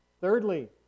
Thirdly